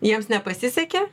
jiems nepasisekė